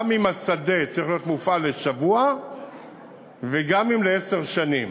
גם אם השדה צריך להיות מופעל שבוע וגם אם לעשר שנים.